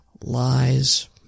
lies